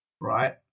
right